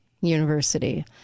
University